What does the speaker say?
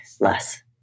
less